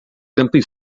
simply